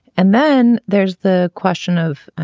and then there's the question of